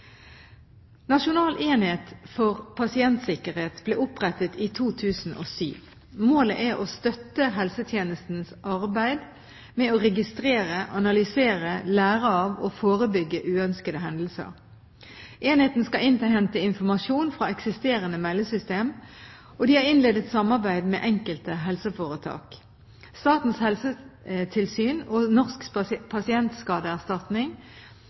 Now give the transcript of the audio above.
Nasjonal enhet for pasientsikkerhet ble opprettet i 2007. Målet er å støtte helsetjenestens arbeid med å registrere, analysere, lære av og forebygge uønskede hendelser. Enheten skal innhente informasjon fra eksisterende meldesystem, og de har innledet samarbeid med enkelte helseforetak, Statens helsetilsyn og Norsk pasientskadeerstatning